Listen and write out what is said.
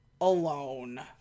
Alone